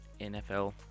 NFL